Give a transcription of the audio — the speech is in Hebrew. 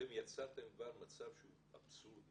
אתם יצרתם כבר מצב שהוא אבסורדי.